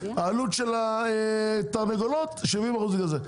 העלות של התרנגולות זה 70% בגלל זה.